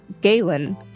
Galen